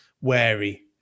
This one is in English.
wary